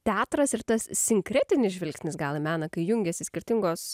teatras ir tas sinkretinis žvilgsnis gal į meną kai jungiasi skirtingos